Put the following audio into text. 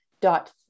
Dot